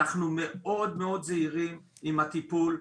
אנחנו מאוד מאוד זהירים עם הטיפול.